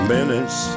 Minutes